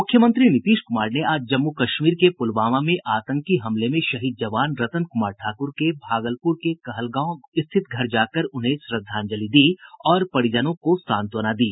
मुख्यमंत्री नीतीश कुमार ने आज जम्मू कश्मीर के पुलवामा में आतंकी हमले में शहीद जवान रतन कुमार ठाकुर के भागलपुर के कहलगांव स्थित घर जाकर उन्हें श्रद्धांजलि दी और परिजनों को सांत्वना दी